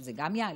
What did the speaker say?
שזה גם יעלה,